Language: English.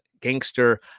gangster